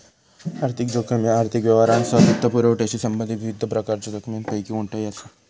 आर्थिक जोखीम ह्या आर्थिक व्यवहारांसह वित्तपुरवठ्याशी संबंधित विविध प्रकारच्यो जोखमींपैकी कोणताही असा